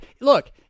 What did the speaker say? look